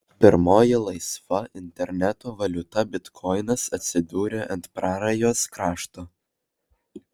pirmoji laisva interneto valiuta bitkoinas atsidūrė ant prarajos krašto